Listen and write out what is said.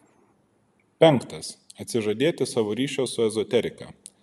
penktas atsižadėti savo ryšio su ezoterika